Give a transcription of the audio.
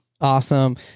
awesome